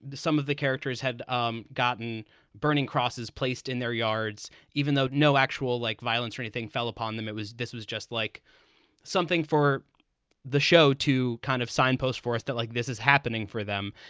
some of the characters had um gotten burning crosses placed in their yards, even though no actual, like, violence or anything fell upon them. it was this was just like something for the show to kind of signpost for us that like this is happening for them.